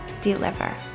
deliver